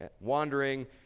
wandering